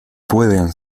pueden